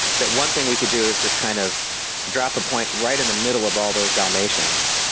that one thing we could do is just kind of drop a point right in the middle of all those dalmatians,